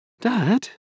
Dad